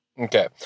Okay